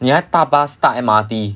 你还搭 bus 搭 M_R_T